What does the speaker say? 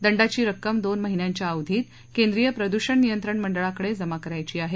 दंडाची रक्कम दोन महिन्यांच्या अवधीत केंद्रीय प्रदूषण नियंत्रण मंडळाकडे जमा करायची आहे